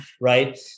right